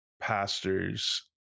pastors